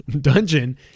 dungeon